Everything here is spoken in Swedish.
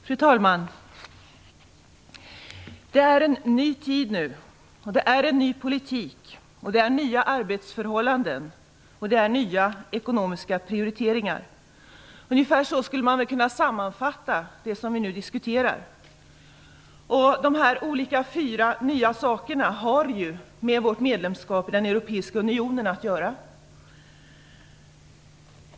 Fru talman! Det är en ny tid nu. Det är en ny politik. Det är nya arbetsförhållanden, och det är nya ekonomiska prioriteringar. Ungefär så skulle man kunna sammanfatta det som vi nu diskuterar. Dessa fyra olika nya saker har med vårt medlemskap i den europeiska unionen att göra.